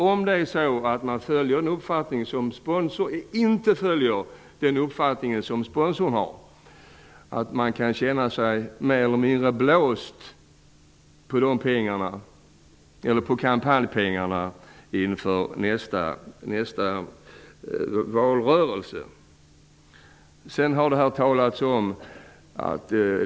Om man inte följer den uppfattning som sponsorn har kan man känna sig mer eller mindre blåst på kampanjpengarna inför nästa valrörelse. Den risken kan man inte nonchalera.